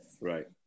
right